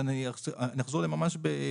נחזור ממש בקצרה.